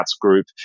group